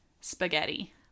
spaghetti